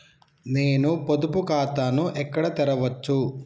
నేను పొదుపు ఖాతాను ఎక్కడ తెరవచ్చు?